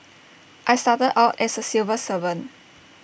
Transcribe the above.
I started out as A civil servant